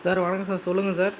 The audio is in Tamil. சார் வணக்கம் சார் சொல்லுங்க சார்